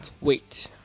Wait